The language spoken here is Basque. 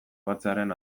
batzearen